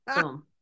boom